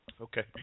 Okay